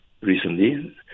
recently